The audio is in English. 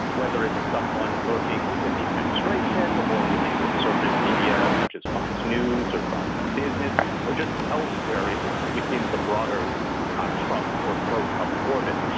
whether it's someone lurking within the administration or within conservative media such as fox news or fox business or just elsewhere within the broader ah trump or pro-trump orbit,